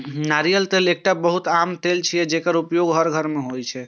नारियल तेल एकटा बहुत आम तेल छियै, जेकर उपयोग हर घर मे होइ छै